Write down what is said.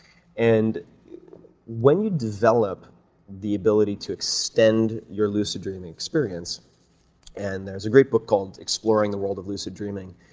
and when you develop the ability to extend your lucid dream experience and there's a great book called exploring the world of lucid dreaming,